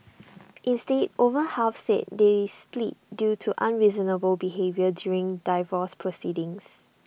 instead over half said they split due to unreasonable behaviour during divorce proceedings